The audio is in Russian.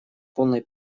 полной